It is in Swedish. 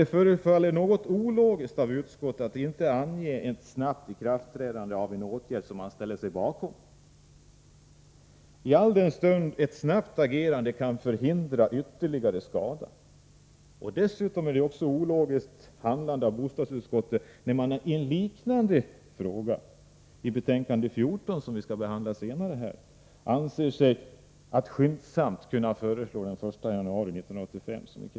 Det förefaller något ologiskt av utskottsmajoriteten att inte ange ett snabbt ikraftträdande av en åtgärd som man ställer sig bakom — alldenstund ett snabbt agerande kan förhindra ytterligare skada. Det är ologiskt handlat av bostadsutskottet också av det skälet att man i betänkande 14, som vi senare skall behandla, vill ha ett skyndsamt ikraftträdande av lagstiftningen i en fråga och där föreslår den 1 januari 1985.